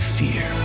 fear